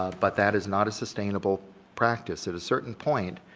but that is not a sustainable practice at a certain point,